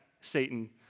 Satan